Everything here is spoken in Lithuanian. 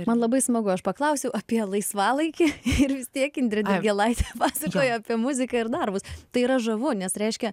man labai smagu aš paklausiau apie laisvalaikį ir vis tiek indrė dirgelaitė pasakoja apie muziką ir darbus tai yra žavu nes reiškia